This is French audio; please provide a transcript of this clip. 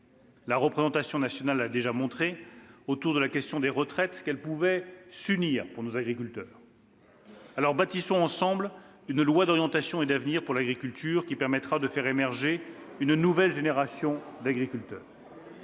La représentation nationale a déjà montré, autour de la question des retraites, qu'elle pouvait s'unir pour nos agriculteurs. Aussi, bâtissons ensemble une loi d'orientation et d'avenir pour l'agriculture, »... Encore ?...« qui permette de faire émerger une nouvelle génération d'agriculteurs.